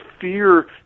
fear